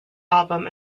album